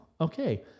okay